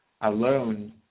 alone